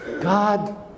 God